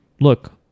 Look